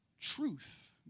Truth